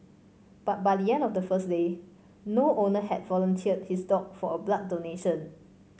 but by the end of the first day no owner had volunteered his dog for a blood donation